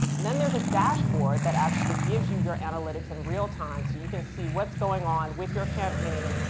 then there's a dashboard that actually gives you your analytics in real time so you can see what's going on with your campaign